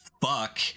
fuck